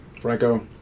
Franco